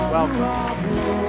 Welcome